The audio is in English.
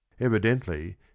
Evidently